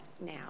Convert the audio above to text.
now